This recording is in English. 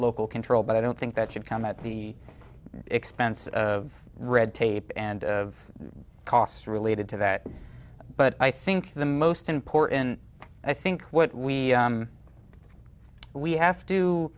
local control but i don't think that should come at the expense of red tape and of costs related to that but i think the most important i think what we are we have to